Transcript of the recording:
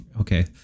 okay